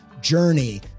journey